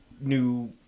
new